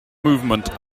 movement